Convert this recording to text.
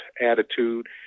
attitude